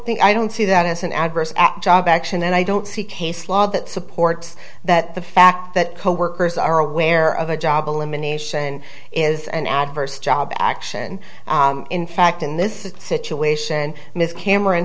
think i don't see that as an adverse job action and i don't see case law that supports that the fact that coworkers are aware of a job elimination is an adverse job action in fact in this situation miss cameron